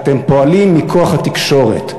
אתם פועלים מכוח התקשורת.